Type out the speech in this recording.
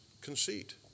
conceit